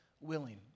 willing